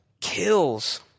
kills